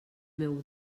meu